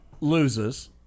loses